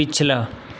पिछला